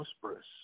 prosperous